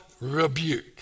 rebuke